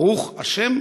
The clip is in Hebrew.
ברוך השם,